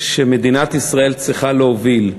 שמדינת ישראל צריכה להוביל.